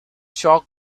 chalk